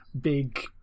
big